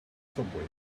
subway